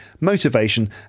motivation